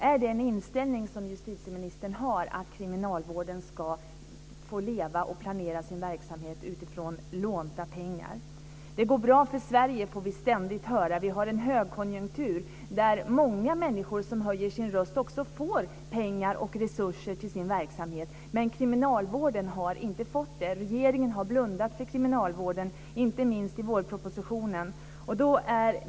Är det en inställning som justitieministern har att kriminalvården ska planera sin verksamhet utifrån lånta pengar? Vi får ständigt höra att det går bra för Sverige. Vi har en högkonjunktur där många människor som höjer sin röst också får pengar och resurser till sin verksamhet, men kriminalvården har inte fått det. Regeringen har blundat för kriminalvården, inte minst i vårpropositionen.